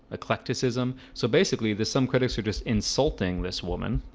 eclecticism so, basically this some critics are just insulting this woman